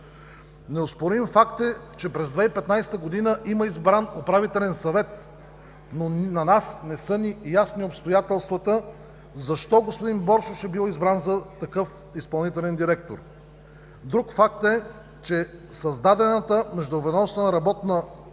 Неоспорим факт е, че през 2015 г. има избран Управителен съвет, но на нас не са ни ясни обстоятелствата защо господин Боршош е бил избран за такъв изпълнителен директор? Друг факт е, че създадената Междуведомствена работна